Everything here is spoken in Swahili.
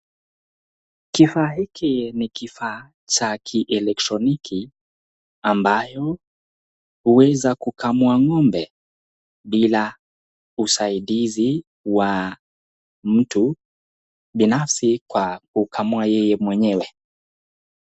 Kifaa hiki ni kifaa cha kielektroniki ambayo uweza kukamua ng'ombe bila usaidizi wa mtu binafsi kwa kukamua yeye mwenyewe.